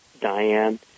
Diane